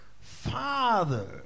father